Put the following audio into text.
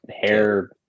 hair